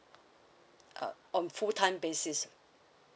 uh on full time basis